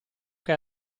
che